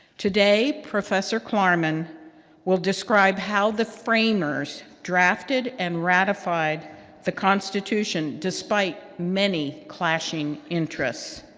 today professor klarman will describe how the framers drafted and ratified the constitution, despite many clashing interests.